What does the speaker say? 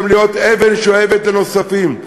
גם להיות אבן שואבת לנוספים.